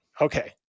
Okay